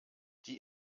die